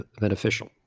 beneficial